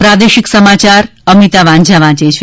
પ્રાદેશિક સમાચાર અમિતા વાંઝા વાંચે છે